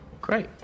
Great